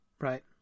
Right